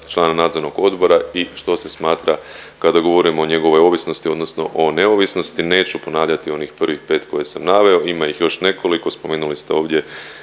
člana nadzornog odbora i što se smatra ikada govorimo o njegovoj ovisnosti odnosno o neovisnosti. Neću ponavljati onih prvih 5 koje sam naveo, ima ih još nekoliko, spomenuli ste ovdje